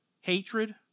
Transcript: hatred